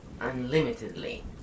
unlimitedly